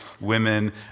women